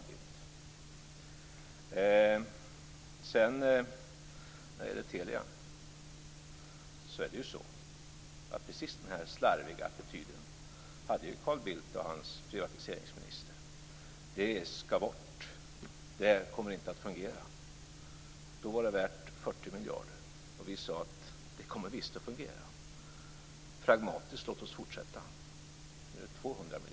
När det gäller Telia hade Carl Bildt och hans privatiseringsminister precis den här slarviga attityden. Det skall bort. Det kommer inte att fungera. Då var Telia värt 40 miljarder. Vi sade att det visst kommer att fungera. Låt oss vara pragmatiska och fortsätta. Nu är Telia värt 200 miljarder.